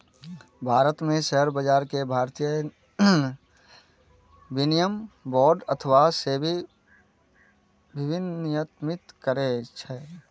भारत मे शेयर बाजार कें भारतीय विनिमय बोर्ड अथवा सेबी विनियमित करै छै